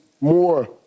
more